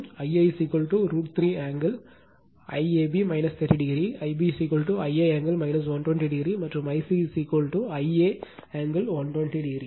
எனவே Ia √ 3 angle IAB 30o Ib Ia angle 120o மற்றும் Ic Ia angle 120o